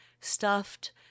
stuffed